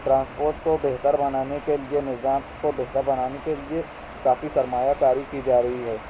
transport کو بہتر بنانے کے لیے نظام کو بہتر بنانے کے لیے باقی سرمایہ کاری کی جا رہی ہے